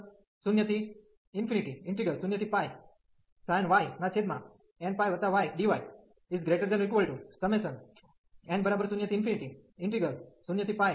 તેથી nπ π તેથી આ એક નાનો ઈન્ટિગ્રલ છે